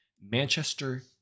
Manchester-